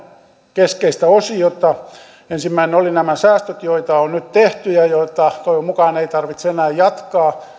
keskeistä osiota ensimmäinen oli nämä säästöt joita on nyt tehty ja joita toivon mukaan ei tarvitse enää jatkaa